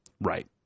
Right